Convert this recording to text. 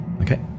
Okay